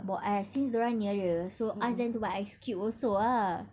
bo~ ice since dia orang nearer ask them to buy ice cube also ah